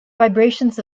vibrations